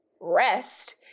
rest